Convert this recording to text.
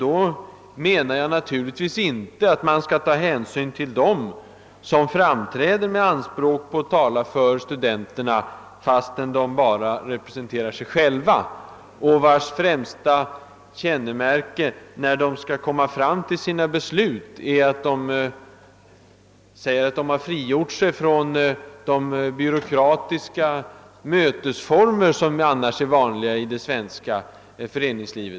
Då menar jag naturligtvis inte att man skall ta hänsyn till dem som framträder med anspråk på att tala för studenterna fastän de bara representerar sig själva, och vilkas främsta kännemärke, när det gäller att komma fram till beslut, är att de säger att de frigjort sig från de »byråkratiska» mötesformer som annars är vanliga i det svenska föreningslivet.